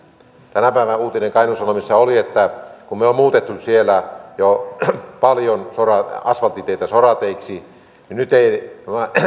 tänä päivänä uutinen kainuun sanomissa oli että kun me olemme muuttaneet siellä jo paljon asfalttiteitä sorateiksi niin nyt ei